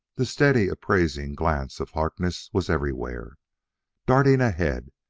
the steady, appraising glance of harkness was everywhere darting ahead,